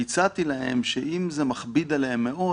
והצעתי להם שאם זה מכביד עליהם מאוד,